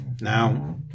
Now